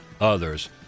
others